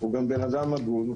הוא גם בן אדם הגון.